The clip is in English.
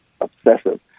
obsessive